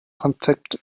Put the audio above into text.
konzept